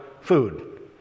food